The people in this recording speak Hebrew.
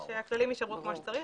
שהכללים ישמרו כמו שצריך,